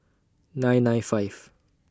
nine nine five